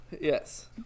Yes